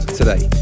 today